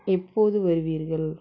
எப்போது வருவீர்கள்